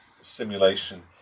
simulation